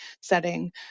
setting